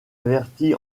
avertis